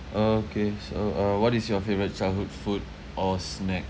okay so uh what is your favourite childhood food or snack